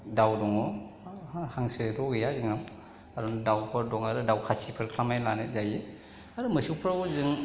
दाव दङ हांसोथ' गैया जोंहा आरो दावफोर दङ आरो दाव खासिफोर खालामनाय लानाय जायो आरो मोसौफ्राव जों